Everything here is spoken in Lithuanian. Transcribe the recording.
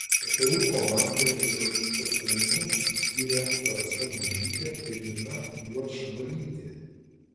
ktu komandoje rezultatyvumu išsiskyrė rasa gužytė ir lina juodžbalytė